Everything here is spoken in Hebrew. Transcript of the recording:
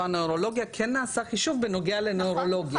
הנוירולוגיה כן נעשה חישוב בנוגע לנוירולוגיה,